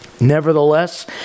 Nevertheless